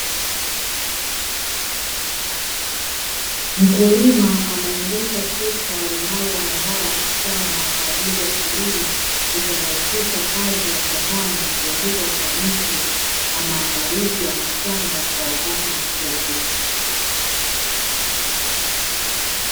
Mkulima anaendesha trekta linaloandaa shamba kwa ajili ya kilimo, likirahisisha kazi ya shambani na kuongeza ufanisi wa maandalizi ya mashamba kwa wakati mfupi.